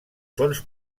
sons